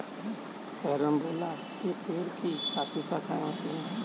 carambola के पेड़ की काफी शाखाएं होती है